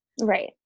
right